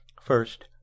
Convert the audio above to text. first